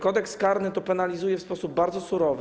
Kodeks karny to penalizuje w sposób bardzo surowy.